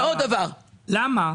למה?